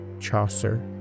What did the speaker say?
Chaucer